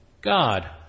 God